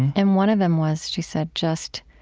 and one of them was, she said, just